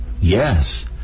yes